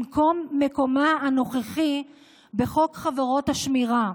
במקום מקומה הנוכחי בחוק חברות השמירה.